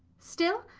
still?